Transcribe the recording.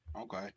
Okay